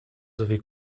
sowie